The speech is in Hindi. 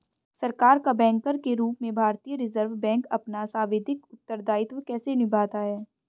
सरकार का बैंकर के रूप में भारतीय रिज़र्व बैंक अपना सांविधिक उत्तरदायित्व कैसे निभाता है?